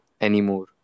anymore